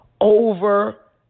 Over